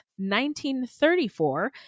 1934